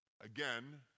Again